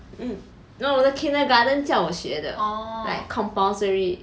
um no 我的 kindergarten 叫我学的 like compulsory